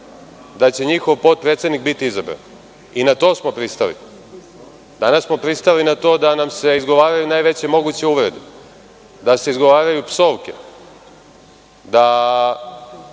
da će njihov potpredsednik biti izabran i na to smo pristali. Danas smo pristali na to da nam se izgovaraju najveće moguće uvrede, da se izgovaraju psovke, da